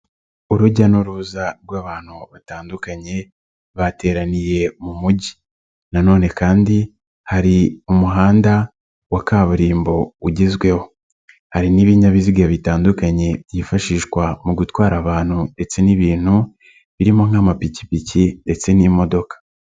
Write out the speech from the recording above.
Urujya n'uruza rw'abantu batandukanye bateraniye mu mujyi nanone kandi hari umuhanda wa kaburimbo ugezweho, hari n'ibinyabiziga bitandukanye byifashishwa mu gutwara abantu ndetse n'ibintu birimo nk'amapikipiki ndetse n'imodoka.